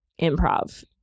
improv